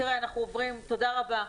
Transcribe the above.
תודה רבה,